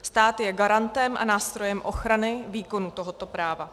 Stát je garantem a nástrojem ochrany výkonu tohoto práva.